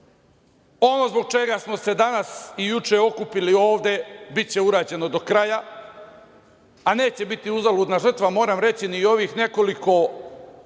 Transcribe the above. Ono zbog čega smo se danas i juče okupi ovde biće urađeno do kraja, a neće biti uzaludna žrtva moram reći ni ovih nekoliko ljudi